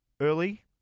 early